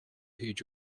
heed